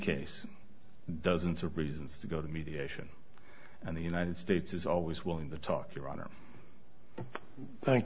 case dozens of reasons to go to mediation and the united states is always willing to talk your honor thank